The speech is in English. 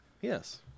Yes